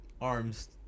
arms